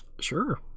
Sure